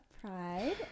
pride